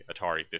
Atari